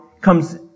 comes